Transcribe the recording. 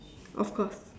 of course